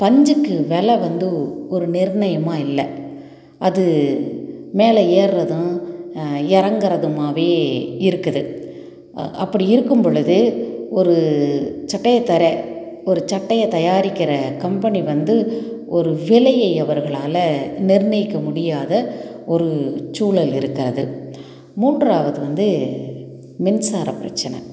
பஞ்சுக்கு வில வந்து ஒரு நிர்ணயமாக இல்லை அது மேலே ஏறுறதும் இறங்குறதுமாவே இருக்குது அப்படி இருக்கும்பொழுது ஒரு சட்டையை தரேன் ஒரு சட்டையை தயாரிக்கிற கம்பெனி வந்து ஒரு விலையை அவர்களால் நிர்ணயிக்க முடியாத ஒரு சூழல் இருக்காது மூன்றாவது வந்து மின்சார பிரச்சனை